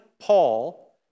Paul